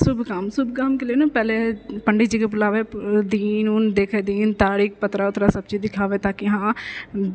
शुभ काम शुभ कामके लिए ने पहिले पहले पण्डितजीके बुलाबै दिन उन देखै दिन तारीख पतरा उतरा सबचीज देखाबै ताकि अहाँ